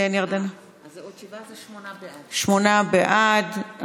שמונה בעד,